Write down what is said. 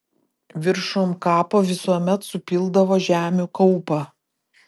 viršum kapo visuomet supildavo žemių kaupą